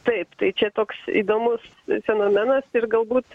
taip tai čia toks įdomus fenomenas ir galbūt